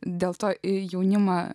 dėl to į jaunimą